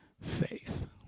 faith